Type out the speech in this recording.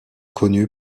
connu